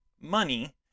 money